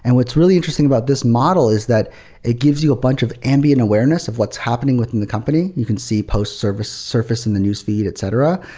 and what's really interesting about this model is that it gives you a bunch of ambient awareness of what's happening within the company. you can see post-service surface in the newsfeed, etc.